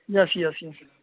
یس yes یس